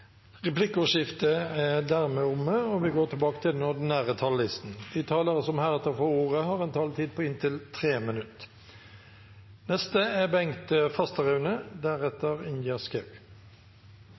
Replikkordskiftet er dermed omme. De talere som heretter får ordet, har en taletid på inntil 3 minutter. En økt satsing på Forsvaret er